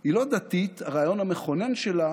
היא לא דתית, הרעיון המכונן שלה